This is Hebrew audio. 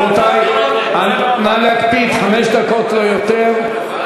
רבותי, נא להקפיד, חמש דקות, לא יותר.